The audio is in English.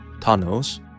tunnels